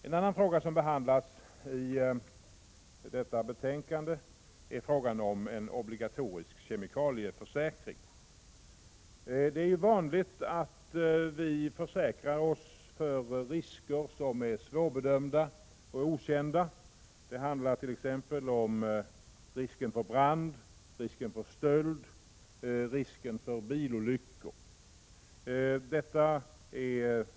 En annan fråga som behandlas i detta betänkande gäller obligatorisk kemikalieförsäkring. Det är ju vanligt att vi försäkrar oss för risker som är svårbedömda eller okända. Det gäller t.ex. risken för brand, risken för stöld och risken för bilolyckor.